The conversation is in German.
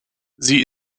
sie